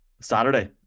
Saturday